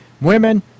Women